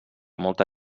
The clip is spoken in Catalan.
molta